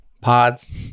Pods